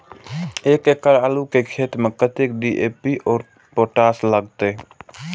एक एकड़ आलू के खेत में कतेक डी.ए.पी और पोटाश लागते?